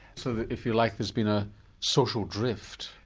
so if you like there's been a social drift?